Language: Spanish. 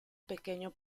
pequeño